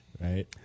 Right